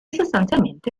sostanzialmente